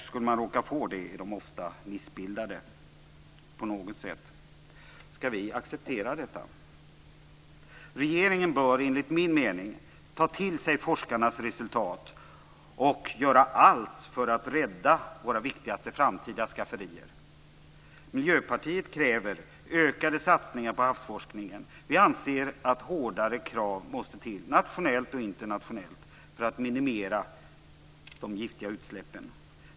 Skulle man råka få det är de ofta missbildade på något sätt. Skall vi acceptera detta? Regeringen bör, enligt min mening, ta till sig forskarnas resultat och göra allt för att rädda våra viktigaste framtida skafferier. Miljöpartiet kräver ökade satsningar på havsforskningen. Vi anser att hårdare krav måste till, nationellt och internationellt, för att minimera de giftiga utsläppen.